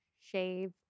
shave